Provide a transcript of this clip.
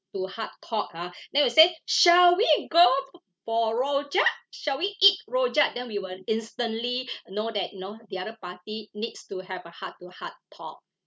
to heart talk ah then we'll say shall we go for rojak shall we eat rojak then we will instantly know that you know the other party needs to have a heart to heart talk